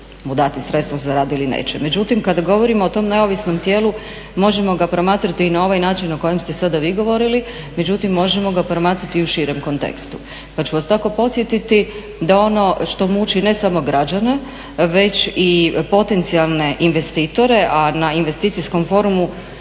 dati sredstvo za rad ili neće. Međutim kada govorimo o tom neovisnom tijelu možemo ga promatrati i na ovaj način o kojem ste sada vi govorili, međutim, možemo ga promatrati i u širem kontekstu. Pa ću vas tako podsjetiti da ono što muči ne samo građane, već i potencijalne investitore, a na investicijskom formu